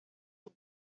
sus